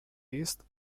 east